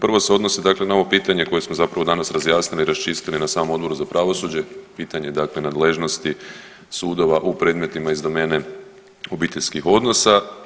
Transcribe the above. Prvo se odnosi dakle na ovo pitanje koje smo zapravo danas razjasnili i raščistili na samom Odboru za pravosuđe, pitanje dakle nadležnosti sudova u predmetima iz domene obiteljskih odnosa.